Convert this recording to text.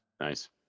Nice